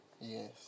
Yes